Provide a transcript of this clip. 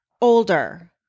older